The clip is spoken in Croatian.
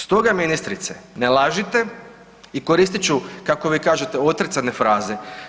Stoga ministrice, ne lažite i koristit ću kako vi kažete otrcane fraze.